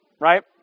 right